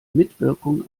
mitwirkung